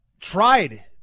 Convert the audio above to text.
tried